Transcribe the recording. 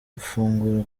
gufungura